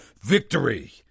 VICTORY